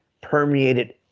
permeated